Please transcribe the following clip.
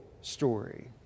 story